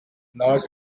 lots